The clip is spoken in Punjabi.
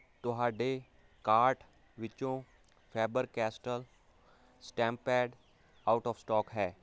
ਤੁਹਾਡੇ ਕਾਰਟ ਵਿੱਚੋਂ Faber Castell stamp pad out of stock ਹੈ